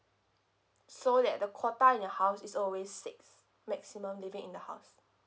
so that the quota in your house is always six maximum living in the house